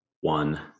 one